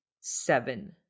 seven